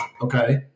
okay